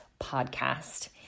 podcast